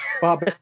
Bob